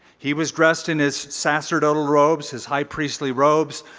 he was dressed in his sacerdotal robes his high priestly robes.